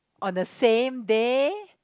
on the same day